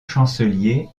chancelier